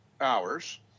hours